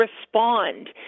respond